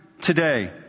today